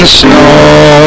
snow